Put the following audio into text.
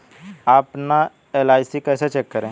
अपना एल.आई.सी कैसे चेक करें?